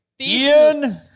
Ian